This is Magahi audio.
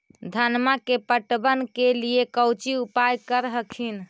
धनमा के पटबन के लिये कौची उपाय कर हखिन?